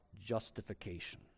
justification